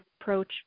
approach